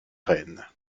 reine